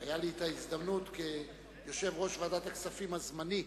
היתה לי ההזדמנות, כיושב-ראש ועדת הכספים הזמני,